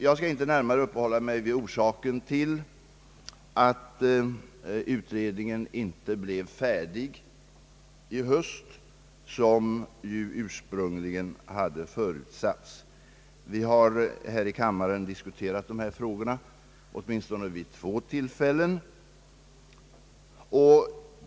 Jag skall inte närmare uppehålla mig vid orsaken till att utredningen inte blev färdig förra hösten, som ju ursprungligen hade förutsatts. Vi har här i kammaren diskuterat dessa frågor åtminstone vid två tillfällen.